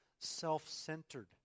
self-centered